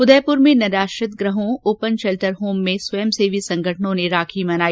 उदयपुर में निराश्रित गृहों ओपन शैल्टर होम में स्वयंसेवी संगठनों ने राखी मनाई